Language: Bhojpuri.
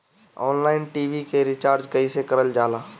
ऑनलाइन टी.वी के रिचार्ज कईसे करल जाला?